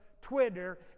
Twitter